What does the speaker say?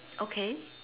okay